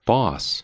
Boss